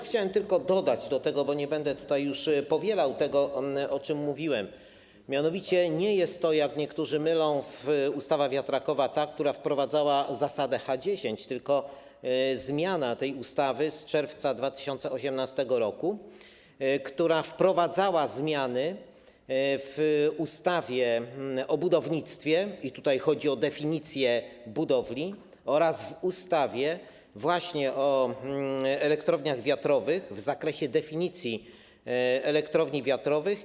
Chciałem tylko dodać do tego, bo nie będę już tutaj powielał tego, o czym mówiłem, że mianowicie nie jest to, jak niektórzy myślą, ustawa wiatrakowa, która wprowadzała zasadę 10H, tylko jest to zmiana tej ustawy z czerwca 2018 r., która wprowadzała zmiany w ustawie o budownictwie - tutaj chodzi o definicję budowli - oraz w ustawie właśnie o elektrowniach wiatrowych w zakresie definicji elektrowni wiatrowych.